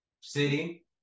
City